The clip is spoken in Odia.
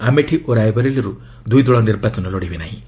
ଆମେଠି ଓ ରାୟବରେଲିରୁ ଦୁଇ ଦଳ ନିର୍ବାଚନ ଲଢ଼ିବେ ନାହିଁ